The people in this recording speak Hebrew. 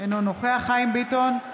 אינו נוכח חיים ביטון,